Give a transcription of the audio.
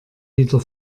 wieder